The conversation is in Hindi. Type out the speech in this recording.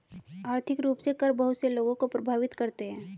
आर्थिक रूप से कर बहुत से लोगों को प्राभावित करते हैं